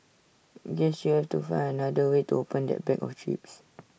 guess you have to find another way to open that bag of chips